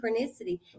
synchronicity